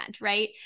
right